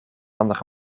andere